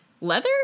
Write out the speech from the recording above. Leather